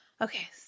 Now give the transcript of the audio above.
Okay